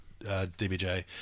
DBJ